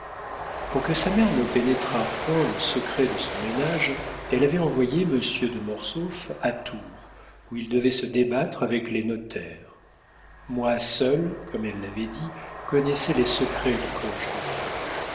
pour que sa mère ne pénétrât point le secret de son ménage elle avait envoyé monsieur de mortsauf à tours où il devait se débattre avec les notaires moi seul comme elle l'avait dit connaissais les secrets de clochegourde